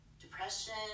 Depression